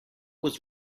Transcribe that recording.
was